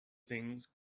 things